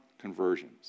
conversions